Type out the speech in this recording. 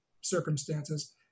circumstances